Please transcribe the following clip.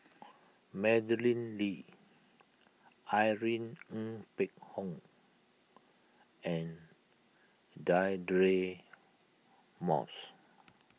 Madeleine Lee Irene Ng Phek Hoong and Deirdre Moss